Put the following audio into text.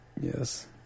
Yes